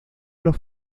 los